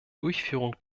durchführung